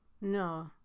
No